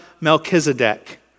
Melchizedek